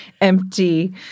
empty